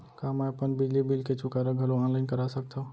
का मैं अपन बिजली बिल के चुकारा घलो ऑनलाइन करा सकथव?